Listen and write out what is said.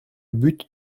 but